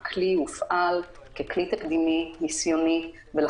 אתה מקטין את המס' ועושה על זה עבודה ואומר שאני אייצר הרתעה,